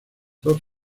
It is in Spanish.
dos